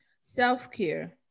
self-care